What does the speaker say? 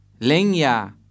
Lengya